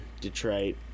Detroit